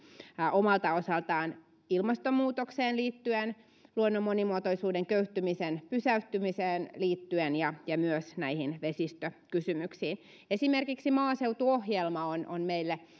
omalta osaltaan ilmastonmuutokseen liittyen luonnon monimuotoisuuden köyhtymisen pysähtymiseen liittyen ja ja myös näihin vesistökysymyksiin liittyen esimerkiksi maaseutuohjelma on on meille